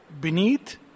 beneath